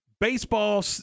baseball